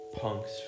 Punk's